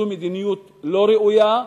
זו מדיניות לא ראויה.